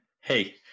Hey